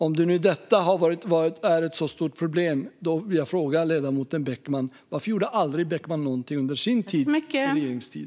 Om nu detta är ett så stort problem vill jag fråga ledamoten Beckman varför han aldrig gjorde något under sitt partis regeringstid.